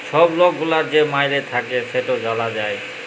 ছব লক গুলার যে মাইলে থ্যাকে সেট জালা যায়